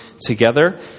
together